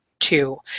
two